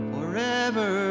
Forever